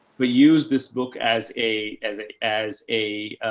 but use this book as a, as a, as a,